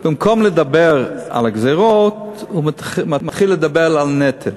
במקום לדבר על הגזירות הוא מתחיל לדבר על הנטל.